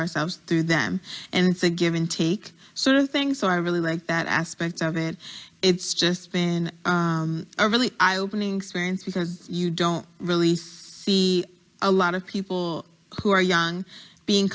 ourselves through them and it's a give and take sort of thing so i really like that aspect of it it's just been a really high opening screens because you don't really see a lot of people who are young being